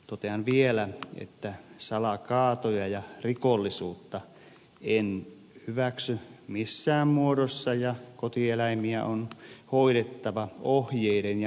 totean vielä että salakaatoja ja rikollisuutta en hyväksy missään muodossa ja kotieläimiä on hoidettava ohjeiden ja normien mukaan